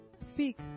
speak